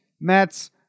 Mets